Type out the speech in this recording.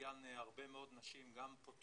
שבעטיין הרבה מאוד נשים גם פוטרו